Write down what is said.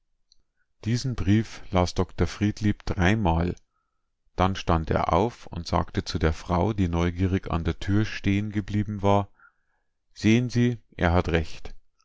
diesen brief las dr friedlieb dreimal dann stand er auf und sagte zu der frau die neugierig an der tür stehen geblieben war sehen sie er hat recht